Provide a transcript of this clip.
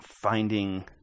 finding